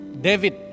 David